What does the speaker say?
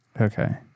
Okay